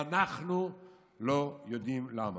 ואנחנו לא יודעים למה.